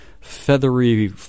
feathery